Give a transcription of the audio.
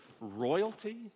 royalty